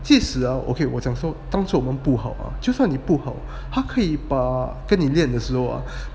即使 ah okay 我想说当初我们不好就算你不好还可以把跟你练的时候